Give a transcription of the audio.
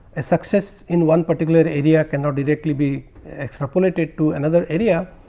a success in one particular area cannot directly be extrapolated to another area,